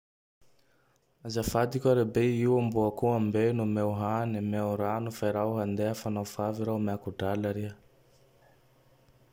Azafady koahy rabe. Io amboako io ambeo meo hany, meo rano fa i raho handeha fa nao fa avy raho omeko drala riha.